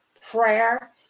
prayer